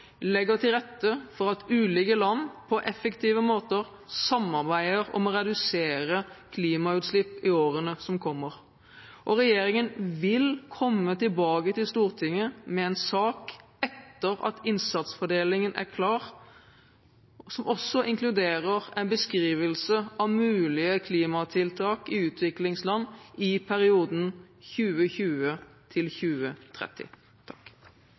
legger til rette for at ulike land, på effektive måter, samarbeider om å redusere klimautslipp i årene som kommer. Regjeringen vil komme tilbake til Stortinget med en sak etter at innsatsfordelingen er klar, som også inkluderer en beskrivelse av mulige klimatiltak i utviklingsland i perioden